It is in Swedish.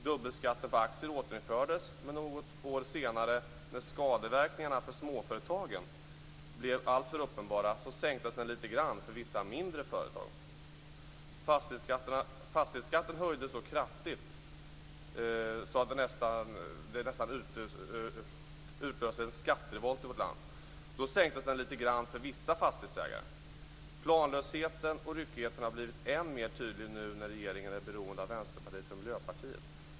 Dubbelskatten på aktier återinfördes - men något år senare, när skadeverkningarna för småföretagen blev alltför uppenbara, sänktes den lite grann för vissa mindre företag. Fastighetsskatten höjdes så kraftigt att det nästan utlöste en skatterevolt i vårt land. Då sänktes den lite grann för vissa fastighetsägare. Planlösheten och ryckigheten har blivit än mer tydlig nu när regeringen är beroende av Vänsterpartiet och Miljöpartiet.